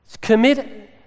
commit